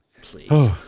Please